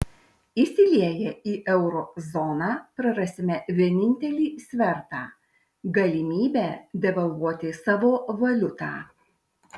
įsilieję į euro zoną prarasime vienintelį svertą galimybę devalvuoti savo valiutą